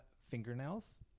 fingernails